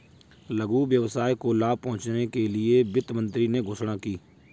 लघु व्यवसाय को लाभ पहुँचने के लिए वित्त मंत्री ने घोषणा की